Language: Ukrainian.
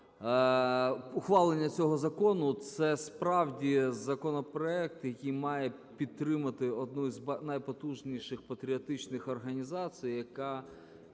ухвалення цього закону. Це, справді, законопроект, який має підтримати одну з найпотужніших патріотичних організацій, яка